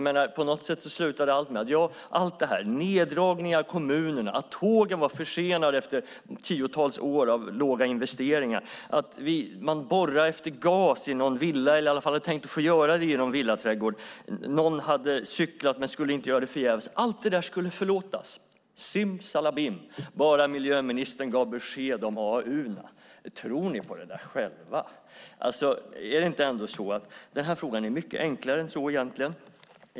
Men på något sätt slutade allt med att neddragningar i kommunerna, att tågen var försenade efter tiotals år av låga investeringar, att man hade tänkt att man skulle få borra efter gas i någon villaträdgård, att någon hade cyklat men skulle ha gjort det förgäves skulle förlåtas, simsalabim, bara miljöministern gav besked om AAU. Tror ni på det där själva? Den här frågan är mycket enklare än så egentligen.